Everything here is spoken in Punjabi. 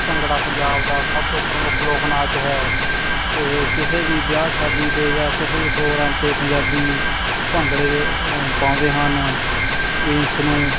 ਭੰਗੜਾ ਪੰਜਾਬ ਦਾ ਸਭ ਤੋਂ ਪ੍ਰਮੁੱਖ ਲੋਕ ਨਾਚ ਹੈ ਇਹ ਕਿਸੇ ਵੀ ਵਿਆਹ ਸ਼ਾਦੀ 'ਤੇ ਜਾਂ ਕਿਸੇ ਵੀ ਪ੍ਰੋਗਰਾਮ 'ਤੇ ਪੰਜਾਬੀ ਭੰਗੜੇ ਦੇ ਪਾਉਂਦੇ ਹਨ ਇਸ ਨੂੰ